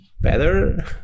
better